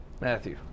Matthew